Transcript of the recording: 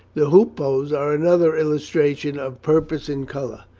the hoopoes are another illustra tion of purpose in colour.